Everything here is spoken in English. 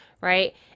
Right